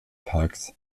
parks